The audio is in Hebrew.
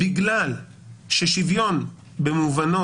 שוויון במובנו